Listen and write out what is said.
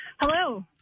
Hello